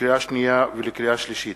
לקריאה שנייה ולקריאה שלישית: